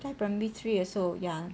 应该 primary three 的时后 ya